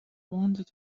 wanted